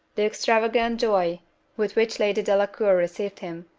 the extravagant joy with which lady delacour received him,